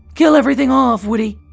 kill everything off, would he?